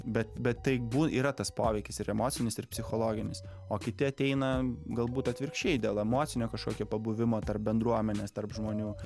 bet bet tai bu yra tas poveikis ir emocinis ir psichologinis o kiti ateina galbūt atvirkščiai dėl emocinio kažkokio pabuvimo tarp bendruomenės tarp žmonių